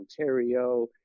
Ontario